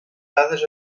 dades